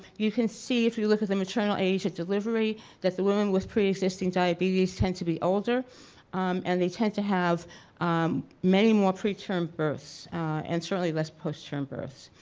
you can see if you look at the maternal age and delivery that the women with pre-existing diabetes tend to be older and they tend to have um many more pre-term births and certainly less post-term births.